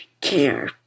care